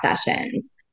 sessions